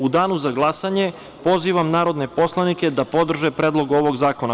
U danu za glasanje pozivam narodne poslanike da podrže Predlog ovog zakona.